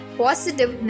positive